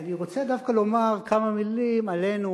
ואני רוצה דווקא לומר כמה מלים עלינו,